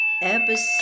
Episode